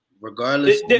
Regardless